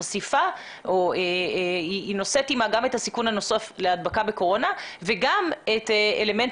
החשיפה נושאת עמה גם את הסיכון הנוסף להדבקה בקורונה וגם את אלמנט